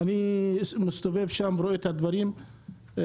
אני מסתובב שם ורואה את הדברים; ידידי,